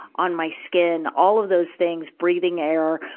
on my skin, all of those things, breathing air,